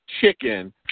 chicken